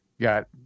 got